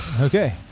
Okay